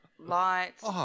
Lights